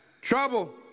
trouble